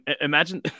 imagine –